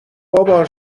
بابا